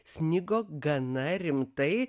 snigo gana rimtai